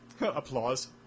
applause